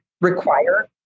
require